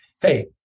hey